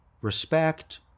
respect